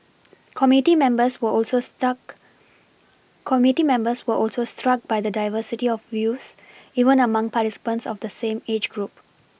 committee members were also stuck committee members were also struck by the diversity of views even among participants of the same age group